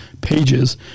pages